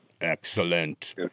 Excellent